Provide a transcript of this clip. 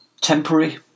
temporary